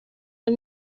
nel